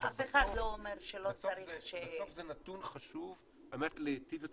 אבל בסוף זה נתון חשוב על מנת להיטיב את